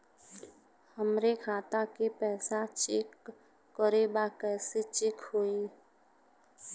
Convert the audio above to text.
हमरे खाता के पैसा चेक करें बा कैसे चेक होई?